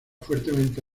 fuertemente